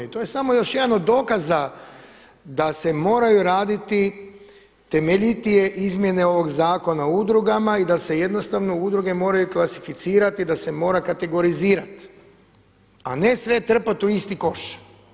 I to je samo još jedan od dokaza da se moraju raditi temeljitije izmjene ovog Zakona o udrugama i da se jednostavno udruge moraju klasificirati i da se mora kategorizirati a ne sve trpati u isti koš.